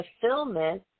fulfillment